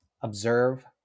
observe